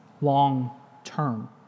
long-term